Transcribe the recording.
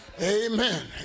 Amen